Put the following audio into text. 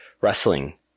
wrestling